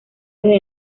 desde